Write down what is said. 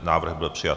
Návrh byl přijat.